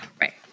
Right